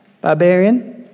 Barbarian